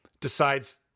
decides